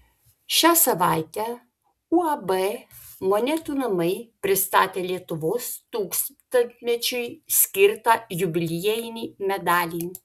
šią savaitę uab monetų namai pristatė lietuvos tūkstantmečiui skirtą jubiliejinį medalį